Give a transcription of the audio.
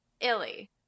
Illy